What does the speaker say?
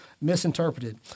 misinterpreted